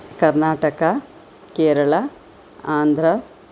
Karnataka Kerala Andhra